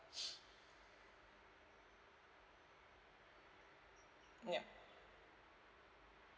ya